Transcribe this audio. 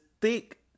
thick